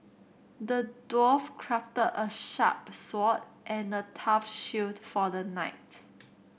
the dwarf crafted a sharp sword and a tough shield for the knight